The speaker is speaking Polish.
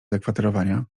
zakwaterowania